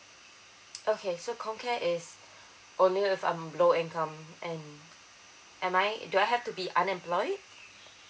okay so comcare it's only if I'm low income and am I do I have to be unemployed